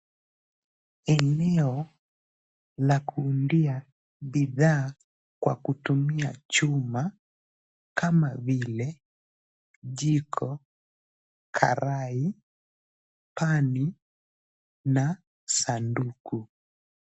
Eneo la kuundia bidhaa kwa kutumia chuma, kama vile jiko, karai, pani na sanduku.